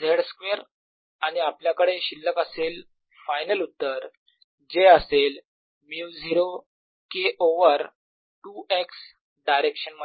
z square आणि आपल्याकडे शिल्लक असेल फायनल उत्तर जे असेल μ0 K ओवर 2 x डायरेक्शन मध्ये